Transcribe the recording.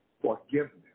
forgiveness